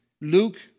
Luke